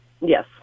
Yes